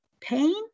pain